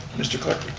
mr. clerk.